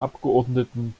abgeordneten